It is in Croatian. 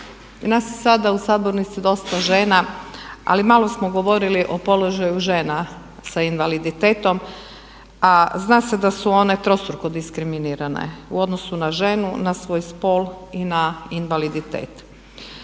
nas sada u sabornici je dosta žena ali malo smo govorili o položaju žena sa invaliditetom a zna se da su one trostruko diskriminirane u odnosu na ženu, na svoj spol i na invaliditet.